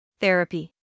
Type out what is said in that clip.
Therapy